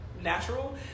natural